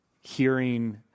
hearing